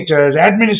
administrators